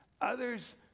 Others